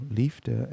liefde